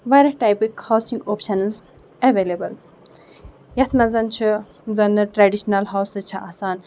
واریاہ ٹایپٕکۍ housing options available یَتھ منٛز چھُ زَنہٕ ٹریڈِشنل ہوسِز چھِ آسان یِم زَن